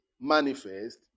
manifest